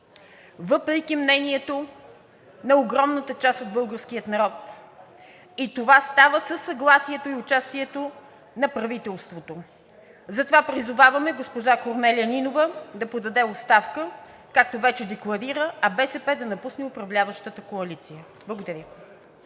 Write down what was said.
въпреки мнението на огромната част от българския народ и това става със съгласието и участието на правителството. Затова призоваваме госпожа Корнелия Нинова да подаде оставка, както вече декларира, а БСП да напусне управляващата коалиция. Благодаря.